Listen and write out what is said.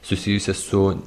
susijusią su